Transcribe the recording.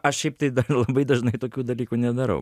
aš šiaip tai dar labai dažnai tokių dalykų nedarau